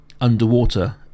underwater